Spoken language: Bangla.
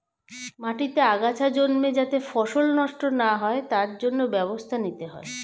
মাটিতে আগাছা জন্মে যাতে ফসল নষ্ট না হয় তার জন্য ব্যবস্থা নিতে হয়